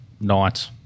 night